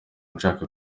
nshaka